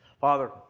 Father